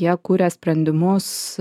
jie kuria sprendimus